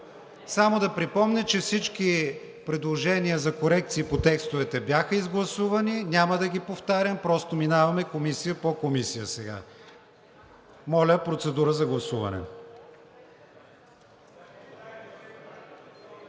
Само да припомня, че всички предложения за корекции по текстовете бяха изгласувани, няма да ги повтарям. Просто сега минаваме комисия по комисия. Гласували